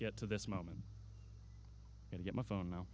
get to this moment and get my phone now